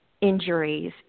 injuries